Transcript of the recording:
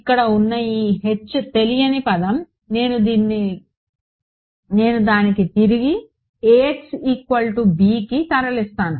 ఇక్కడ ఉన్న ఈ H తెలియని పదం నేను దాన్ని తిరిగి కి తరలిస్తాను